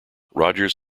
rogers